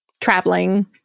traveling